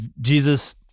Jesus